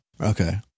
Okay